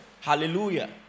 Hallelujah